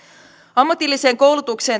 ammatilliseen koulutukseen